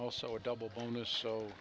also a double bonus so